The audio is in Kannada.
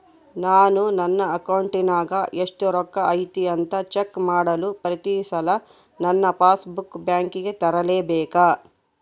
ನಾನು ನನ್ನ ಅಕೌಂಟಿನಾಗ ಎಷ್ಟು ರೊಕ್ಕ ಐತಿ ಅಂತಾ ಚೆಕ್ ಮಾಡಲು ಪ್ರತಿ ಸಲ ನನ್ನ ಪಾಸ್ ಬುಕ್ ಬ್ಯಾಂಕಿಗೆ ತರಲೆಬೇಕಾ?